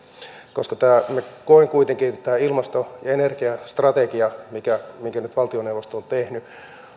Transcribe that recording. minä koen kuitenkin että tämä ilmasto ja energiastrategia minkä nyt valtioneuvosto on tehnyt